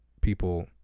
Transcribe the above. people